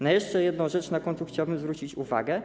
Na jeszcze jedną rzecz na końcu chciałbym zwrócić uwagę.